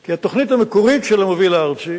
כי התוכנית המקורית של המוביל הארצי